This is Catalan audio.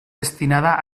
destinada